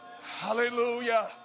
Hallelujah